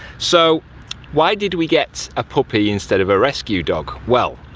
so why did we get a puppy instead of a rescue dog? well,